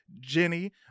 Jenny